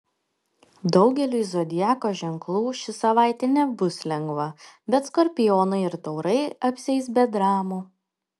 daugeliui zodiako ženklų ši savaitė nebus lengva bet skorpionai ir taurai apsieis be dramų